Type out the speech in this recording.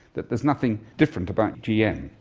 that there is nothing different about gm.